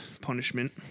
punishment